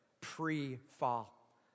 pre-fall